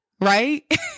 right